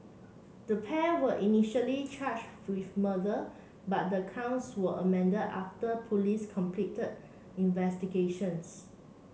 the pair were initially charged with murder but the counts were amended after police completed investigations